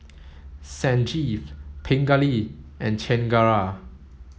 Sanjeev Pingali and Chengara